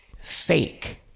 fake